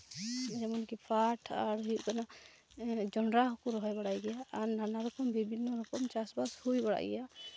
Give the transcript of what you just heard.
ᱡᱮᱢᱚᱱ ᱠᱤ ᱯᱟᱴ ᱟᱨ ᱦᱩᱭᱩᱜ ᱠᱟᱱᱟ ᱡᱚᱱᱰᱨᱟ ᱦᱚᱸᱠᱚ ᱨᱚᱦᱚᱭ ᱵᱟᱲᱟᱭ ᱜᱮᱭᱟ ᱟᱨ ᱱᱟᱱᱟ ᱨᱚᱠᱚᱢ ᱵᱤᱵᱷᱤᱱᱱᱚ ᱨᱚᱠᱚᱢ ᱪᱟᱥᱼᱵᱟᱥ ᱦᱩᱭ ᱵᱟᱲᱟᱜ ᱜᱮᱭᱟ